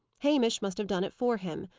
hamish must have done it for him.